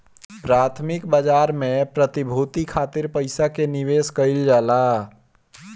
प्राथमिक बाजार में प्रतिभूति खातिर पईसा के निवेश कईल जाला